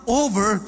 over